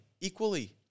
equally